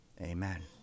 Amen